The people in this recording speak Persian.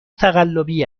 تقلبی